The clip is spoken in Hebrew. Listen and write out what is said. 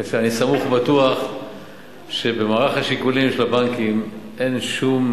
אני סמוך ובטוח שבמערך השיקולים של הבנקים אין שום